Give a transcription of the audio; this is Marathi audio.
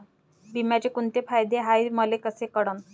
बिम्याचे कुंते फायदे हाय मले कस कळन?